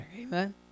Amen